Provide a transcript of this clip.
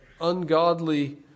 ungodly